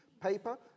paper